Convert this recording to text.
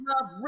love